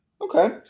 Okay